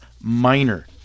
minor